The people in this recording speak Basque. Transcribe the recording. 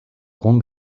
egun